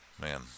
Man